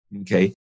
Okay